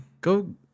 Go